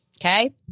Okay